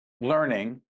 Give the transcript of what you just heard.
learning